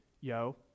Yo